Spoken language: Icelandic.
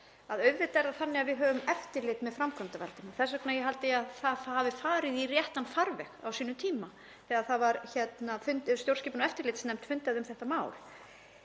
að auðvitað er það þannig að við höfum eftirlit með framkvæmdarvaldinu. Þess vegna held ég að það hafi farið í réttan farveg á sínum tíma þegar stjórnskipunar- og eftirlitsnefnd fundaði um þetta mál.